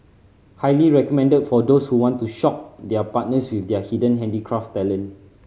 highly recommended for those who want to shock their partners with their hidden handicraft talent